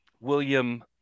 William